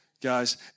Guys